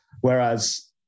Whereas